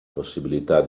possibilità